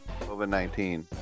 COVID-19